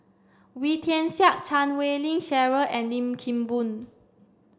Wee Tian Siak Chan Wei Ling Cheryl and Lim Kim Boon